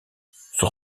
son